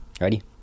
ready